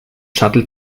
shuttle